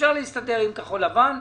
אפשר להסתדר עם כחול לבן,